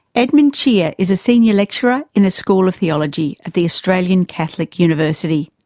edmund chia is a senior lecturer in the school of theology at the australian catholic university.